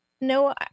no